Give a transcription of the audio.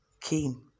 came